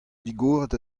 digoret